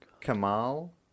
Kamal